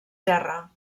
terra